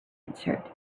answered